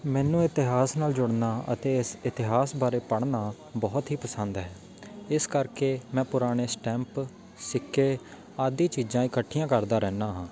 ਮੈਨੂੰ ਇਤਿਹਾਸ ਨਾਲ ਜੁੜਨਾ ਅਤੇ ਇਸ ਇਤਿਹਾਸ ਬਾਰੇ ਪੜ੍ਹਨਾ ਬਹੁਤ ਹੀ ਪਸੰਦ ਹੈ ਇਸ ਕਰਕੇ ਮੈਂ ਪੁਰਾਣੇ ਸਟੈਂਪ ਸਿੱਕੇ ਆਦਿ ਚੀਜ਼ਾਂ ਇਕੱਠੀਆਂ ਕਰਦਾ ਰਹਿੰਦਾ ਹਾਂ